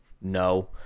No